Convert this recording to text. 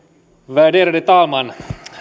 värderade talman